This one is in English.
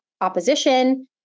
opposition